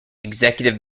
executive